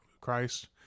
Christ